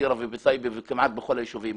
בטירה ובטייבה וכמעט בכל היישובים,